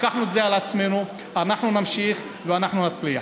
לקחנו את זה על עצמנו, אנחנו נמשיך ואנחנו נצליח.